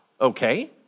Okay